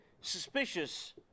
suspicious